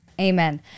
Amen